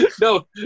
No